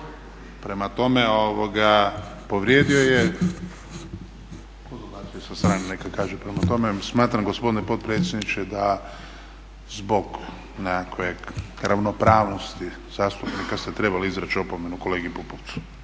Prema tome, povrijedio je i smatram gospodine potpredsjedniče da zbog nekakve ravnopravnosti zastupnika ste trebali izreći opomenu kolegi Pupovcu.